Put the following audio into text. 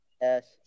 Yes